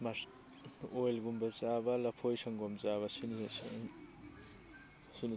ꯑꯣꯏꯜꯒꯨꯝꯕ ꯆꯥꯕ ꯂꯐꯣꯏ ꯁꯪꯒꯣꯝ ꯆꯥꯕ ꯁꯤꯅꯤ